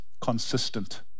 consistent